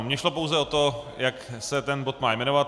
Mně šlo pouze o to, jak se ten bod má jmenovat.